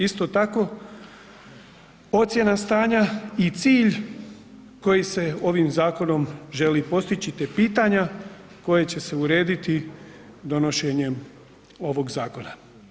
Isto tako ocjena stanja i cilj koji se ovim zakonom želi postići te pitanja koja će se urediti donošenjem ovog zakona.